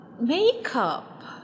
makeup